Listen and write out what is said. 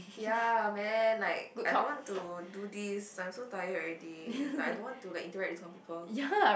ya man like I don't want to do this like I'm so tired already like I don't want to like interact with some people